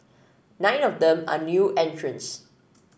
nine of them are new entrants